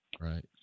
Right